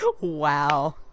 Wow